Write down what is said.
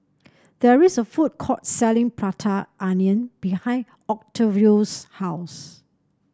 there is a food court selling Prata Onion behind Octavio's house